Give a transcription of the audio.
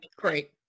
great